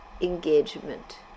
engagement